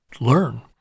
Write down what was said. learn